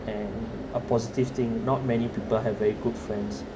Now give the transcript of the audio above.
and a positive thing not many people have very good friends